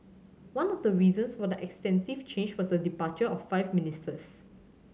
one of the reasons for the extensive change was the departure of five ministers